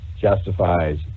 justifies